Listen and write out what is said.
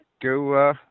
go